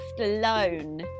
alone